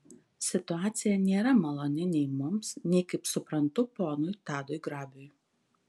situacija nėra maloni nei mums nei kaip suprantu ponui tadui grabiui